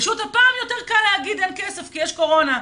רק שהפעם יותר קל להגיד שאין כסף כי יש קורונה.